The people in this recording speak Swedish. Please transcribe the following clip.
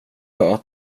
att